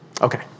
Okay